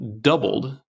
doubled